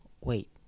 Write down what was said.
wait